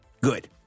Good